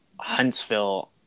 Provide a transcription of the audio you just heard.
Huntsville